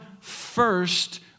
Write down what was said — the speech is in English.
first